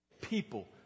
People